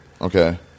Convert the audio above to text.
Okay